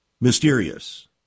mysterious